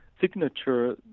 signature